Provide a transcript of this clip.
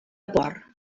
por